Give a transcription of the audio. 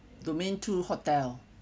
domain two hotel